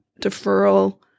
deferral